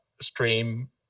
stream